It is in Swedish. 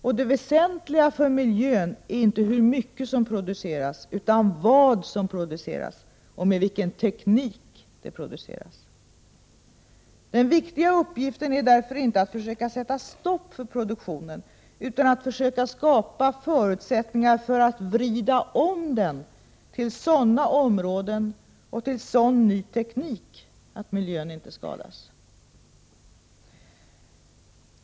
Och det väsentliga för miljön är inte hur mycket som produceras, utan vad som produceras och med vilken teknik det produceras. Den viktiga uppgiften är därför inte att försöka sätta stopp för produktionen, utan att försöka skapa förutsättningar för att vrida om den till sådana områden och till sådan ny teknik att miljön inte skadas.